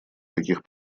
таких